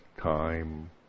time